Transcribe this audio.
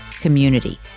community